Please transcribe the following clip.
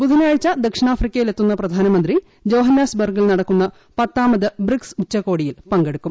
ബുധനാഴ്ച ദക്ഷിണാഫ്രിക്കയിലെത്തുന്ന പ്രധാനമന്ത്രി ജോഹന്നാസ്ബർഗിൽ നടക്കുന്ന പത്താമത് ബ്രിക്സ് ഉച്ചകോടിയിൽ പങ്കെടുക്കും